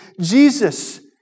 Jesus